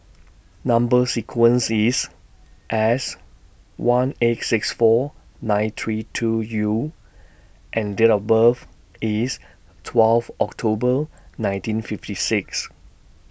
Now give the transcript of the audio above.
Number sequence IS S one eight six four nine three two U and Date of birth IS twelve October nineteen fifty six